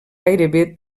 gairebé